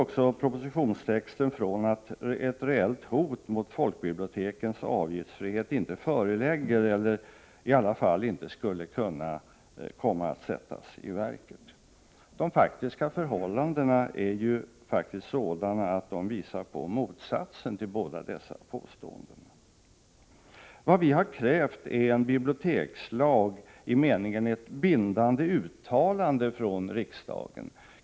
I propositionstexten utgår man också ifrån att ett reellt hot mot folkbibliotekens avgiftsfrihet inte föreligger eller i alla fall inte skulle kunna komma att sättas i verket. De faktiska förhållandena visar på motsatsen till båda dessa påståenden. Vad vi har krävt är en bibliotekslag i meningen ett bindande uttalande från riksdagen.